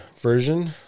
version